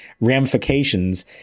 ramifications